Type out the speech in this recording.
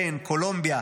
פן וקולומביה,